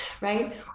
right